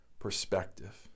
perspective